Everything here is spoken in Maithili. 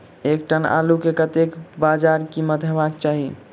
एक टन आलु केँ कतेक बजार कीमत हेबाक चाहि?